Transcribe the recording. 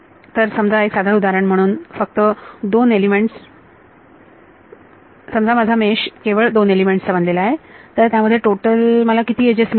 तर समजा एक साधं उदाहरण म्हणून फक्त दोन एलिमेंट्स समजा माझं मेश केवळ दोन एलिमेंट्स चे बनले आहे तर त्यामध्ये टोटल मला किती एजेस मिळतील